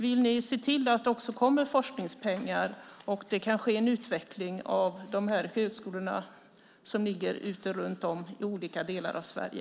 Vill ni se till att det också kommer forskningspengar så att det kan ske en utveckling av de högskolor som ligger lite runt om i olika delar av Sverige?